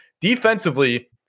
Defensively